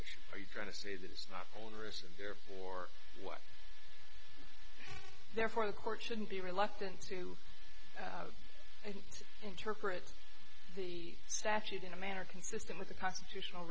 issues are you trying to say that it's not onerous and therefore what therefore the court shouldn't be reluctant to interpret the statute in a manner consistent with the constitutional